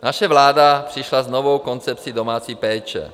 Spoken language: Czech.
Naše vláda přišla s novou koncepcí domácí péče.